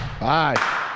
Bye